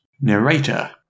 Narrator